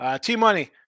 T-Money